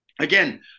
again